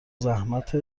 زحمت